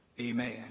Amen